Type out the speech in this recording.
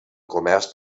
comerç